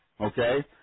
Okay